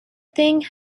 thing